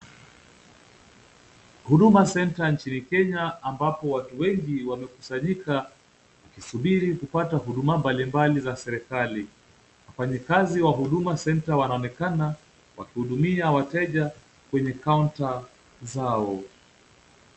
Huduma centre nchini ambapo watu wengi wamekusanyika, wakisubri kupata huduma mbali mbali za serikali. Wafanyikazi wa Huduma centre wanaonekana wakihudumia wateja kwenye kaunta zao.